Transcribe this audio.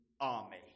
army